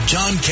John